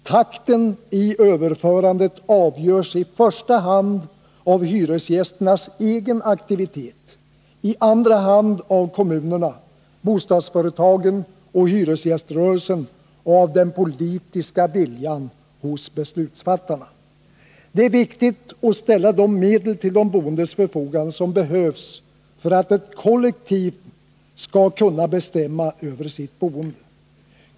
Takten i överförandet avgörs i första hand av hyresgästernas egen aktivitet, i andra hand av kommunerna, bostadsföretagen och hyresgäströrelsen och av den politiska viljan hos beslutsfattarna. Det är viktigt att ställa de medel till de boendes förfogande som behövs för att de kollektivt skall kunna bestämma över sitt boende.